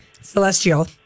Celestial